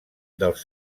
dels